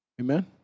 Amen